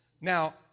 Now